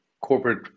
corporate